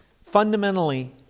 fundamentally